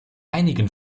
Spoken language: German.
einigen